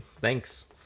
thanks